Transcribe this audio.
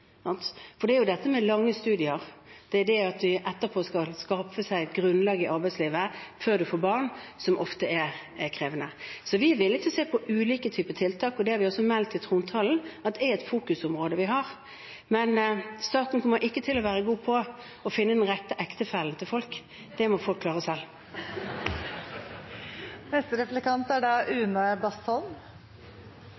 det lettere. Det er jo det med lange studier at man etterpå skal skape seg et grunnlag i arbeidslivet før man får barn, som ofte er krevende. Vi er villig til å se på ulike typer tiltak, og det har vi også meldt i trontalen er et fokusområde vi har. Men staten kommer ikke til å være god på å finne den rette ektefellen til folk. Det må folk klare selv. Jeg er